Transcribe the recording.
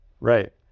Right